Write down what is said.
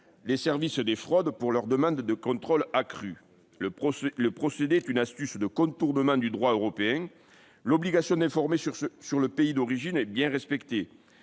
les services des fraudes pour leur demander des contrôles accrus. Le procédé est une astuce de contournement du droit européen : l'obligation d'informer sur le pays d'origine est bien respectée.